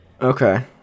Okay